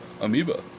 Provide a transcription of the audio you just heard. Amoeba